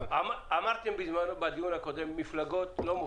אמרתם בזמנו, בדיון הקודם, שמפלגות לא מופיעות.